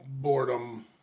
boredom